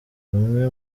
bamwe